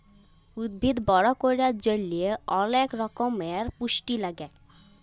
উদ্ভিদ বড় ক্যরার জন্হে অলেক রক্যমের পুষ্টি লাগে